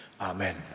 Amen